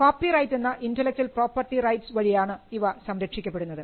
copyright എന്ന intellectual property rights വഴിയാണ് ഇവ സംരക്ഷിക്കപ്പെടുന്നത്